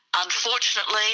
Unfortunately